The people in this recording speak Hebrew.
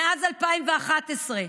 מאז 2011,